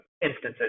instances